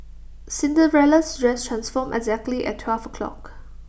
Cinderella's dress transformed exactly at twelve o'clock